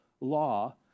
law